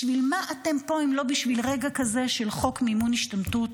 בשביל מה אתם פה אם לא בשביל רגע כזה של חוק מימון השתמטות,